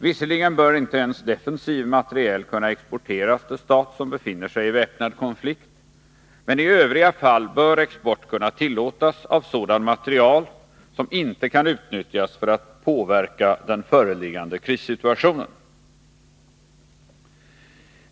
Visserligen bör inte ens defensiv materiel kunna exporteras till stat som befinner sig i väpnad konflikt, men i övriga fall bör export kunna tillåtas av sådan materiel som inte kan utnyttjas för att påverka den föreliggande krissituationen.